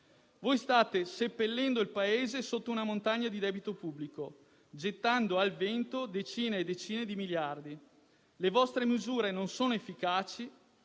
Voi state seppellendo il Paese sotto una montagna di debito pubblico, gettando al vento decine e decine di miliardi. Le vostre misure non sono efficaci